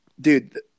dude